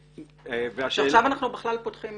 עכשיו אנחנו בכלל פותחים